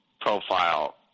profile